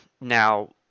Now